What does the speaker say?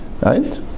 Right